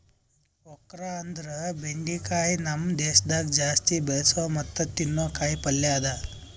okra ಅಂದುರ್ ಬೆಂಡಿಕಾಯಿ ನಮ್ ದೇಶದಾಗ್ ಜಾಸ್ತಿ ಬೆಳಸೋ ಮತ್ತ ತಿನ್ನೋ ಕಾಯಿ ಪಲ್ಯ ಅದಾ